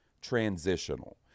transitional